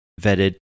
vetted